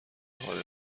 حال